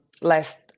last